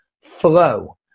flow